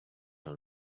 will